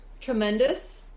tremendous